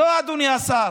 לא, אדוני השר.